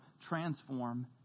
transform